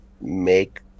make